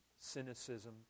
cynicism